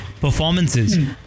performances